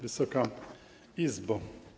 Wysoka Izbo!